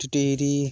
Thatheri